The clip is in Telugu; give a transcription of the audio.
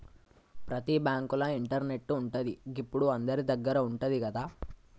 ప్రతి బాంకుల ఇంటర్నెటు ఉంటది, గిప్పుడు అందరిదగ్గర ఉంటంది గదా